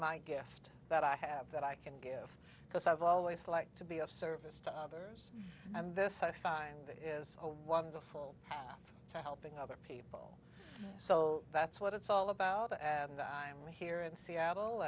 my gift that i have that i can give because i've always liked to be of service to others and this i find is a wonderful time helping other people so that's what it's all about and i am here in seattle